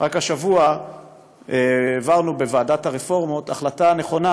רק השבוע העברנו בוועדת הרפורמות החלטה נכונה,